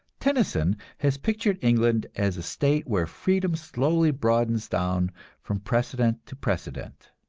tennyson has pictured england as a state where freedom slowly broadens down from precedent to precedent.